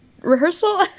rehearsal